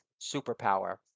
superpower